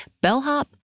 bellhop